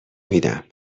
میدم